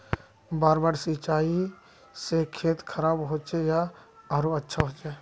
बार बार सिंचाई से खेत खराब होचे या आरोहो अच्छा होचए?